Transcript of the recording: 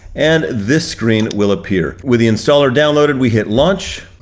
and this screen will appear. with the installer downloaded, we hit launch,